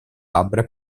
labbra